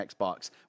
Xbox